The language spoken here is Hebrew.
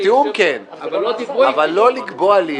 בתיאום, כן, אבל לא לקבוע לי.